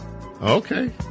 okay